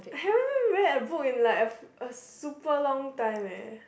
I haven't even read a book in like a a super long time eh